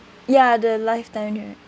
ya the lifetime new